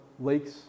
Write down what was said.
lakes